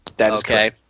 Okay